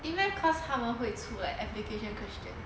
E math cause 他们会出来 application question